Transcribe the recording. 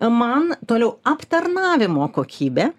man toliau aptarnavimo kokybė